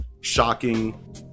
shocking